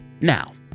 now